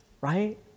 right